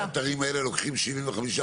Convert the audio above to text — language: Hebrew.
שני האתרים האלה לוקחים 75%?